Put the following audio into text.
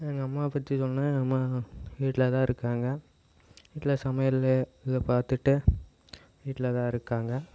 எங்கள் அம்மாவை பற்றி சொல்லணும்னா எங்கள் அம்மா வீட்டில்தான் இருக்காங்க வீட்டில் சமையல் இதை பார்த்துட்டு வீட்டில்தான் இருக்காங்க